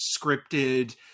scripted